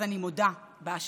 אז אני מודה באשמה.